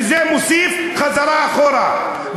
וזה מוסיף חזרה אחורה.